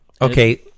Okay